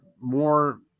more